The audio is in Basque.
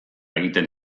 egiten